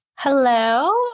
Hello